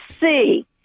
see